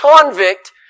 convict